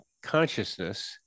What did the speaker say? Consciousness